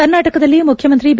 ಕರ್ನಾಟಕದಲ್ಲಿ ಮುಖ್ಯಮಂತ್ರಿ ಬಿ